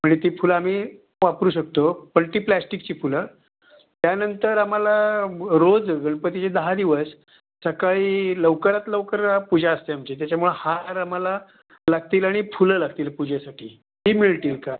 आणि ती फुलं आम्ही वापरू शकतो पण ती प्लॅस्टिकची फुलं त्यानंतर आम्हाला रोज गणपतीचे दहा दिवस सकाळी लवकरात लवकर पूजा असते आमची त्याच्यामुळे हार आम्हाला लागतील आणि फुलं लागतील पुजेसाठी ती मिळतील का